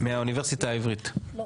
מהאוניברסיטה העברית,